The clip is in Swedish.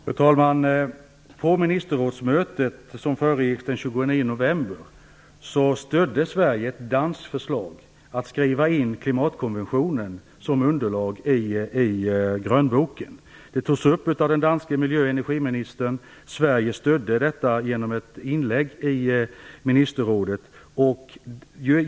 Fru talman! På ministerrådsmötet den 29 november stödde Sverige ett danskt förslag om att skriva in klimatkonventionen som underlag i grönboken. Det togs upp av den danske miljö och energiministern. Sverige stödde det genom ett inlägg i ministerrådet.